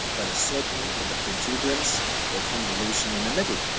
but a serpent with a protuberance or convolution in the middle!